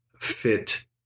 fit